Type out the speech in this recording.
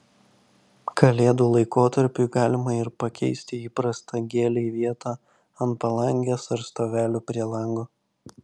kalėdų laikotarpiui galima ir pakeisti įprastą gėlei vietą ant palangės ar stovelių prie lango